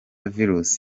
virus